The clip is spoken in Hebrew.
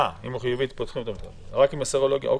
אוקיי.